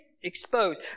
exposed